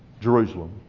Jerusalem